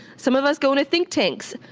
some of us go into think tanks,